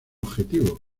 objetivo